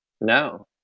No